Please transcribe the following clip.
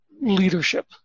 leadership